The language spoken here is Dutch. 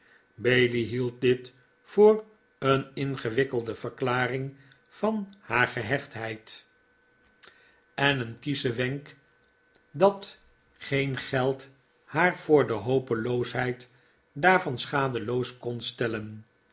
bailey hield dit voor een ingewikkelde verklaring van haar gehechtheid en een kieschen wenk dat geen geld haar voor de hopeloosheid daarvan schadeloos kon stellen